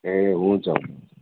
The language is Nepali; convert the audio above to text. ए हुन्छ हुन्छ